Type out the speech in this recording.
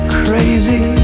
crazy